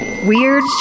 Weird